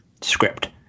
script